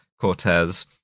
Cortez